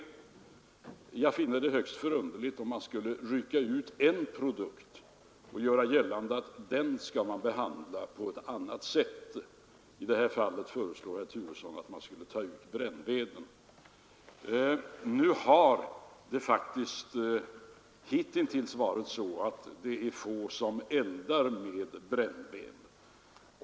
Jag finner det högst förunderligt att man skulle rycka ut en produkt och göra gällande att den skulle behandlas på ett annat sätt. I det här fallet föreslår herr Turesson att man skulle ta ut brännveden. Nu är det faktiskt hittills få som eldar med brännved.